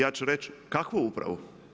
Ja ću reći kakvu upravu?